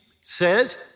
says